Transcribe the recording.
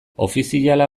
ofiziala